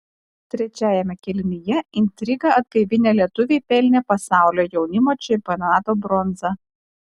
trečiajame kėlinyje intrigą atgaivinę lietuviai pelnė pasaulio jaunimo čempionato bronzą